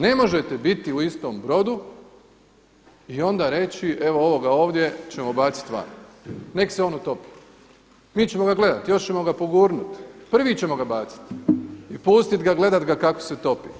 Ne možete biti u istom brodu i onda reći evo ovoga ovdje ćemo baciti van, nek se on utopi, mi ćemo ga gledati još ćemo ga pogurnut, prvi ćemo ga baciti i pustit i gledat ga kako se topi.